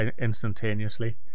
instantaneously